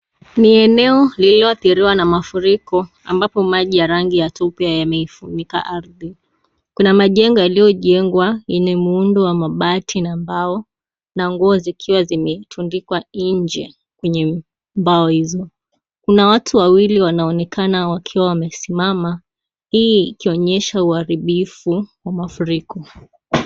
Ni eneo lililoadhiriwa na mafuriko ambapo maji ya rangi ya tope yameifunika ardhi kuna majengo yaliyojengwa yenye muundo wa mabati na mbao na nguo zikiwa zimetundikwa nje kwenye mbao hizo . Kuna watu wawili wanaonekana wakiwa wamesimama hii ikionyesha uharibifu wa mafuriko.